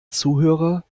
zuhörer